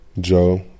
Joe